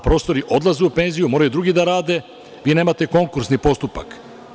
Profesori odlaze u penziju, moraju drugi da rade, a vi nemate konkursni postupak.